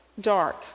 dark